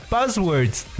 Buzzwords